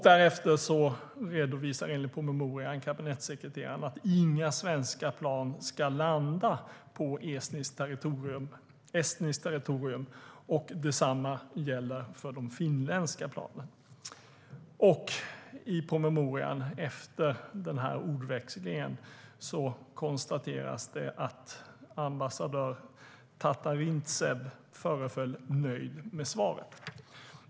Därefter redovisar enligt promemorian kabinettssekreteraren att inga svenska plan ska landa på estniskt territorium och att detsamma gäller för de finländska planen. Efter ordväxlingen konstateras i promemorian att ambassadör Tatarintsev föreföll nöjd med svaret.